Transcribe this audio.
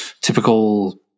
typical